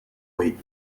huit